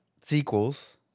sequels